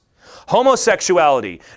Homosexuality